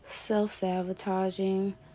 self-sabotaging